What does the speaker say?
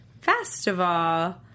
festival